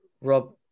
Rob